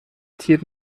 تیر